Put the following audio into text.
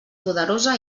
poderosa